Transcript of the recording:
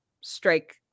strike